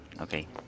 Okay